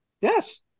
yes